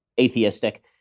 atheistic